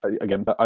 again